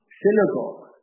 synagogue